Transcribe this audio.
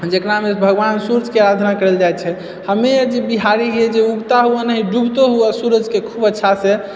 जकरामे भगवान सुर्यके अराधना कएल जाइत छै हमे हे जो बिहारी जे उगता हुआ नहि डुबतौ हुए सूर्य खूब अच्छा से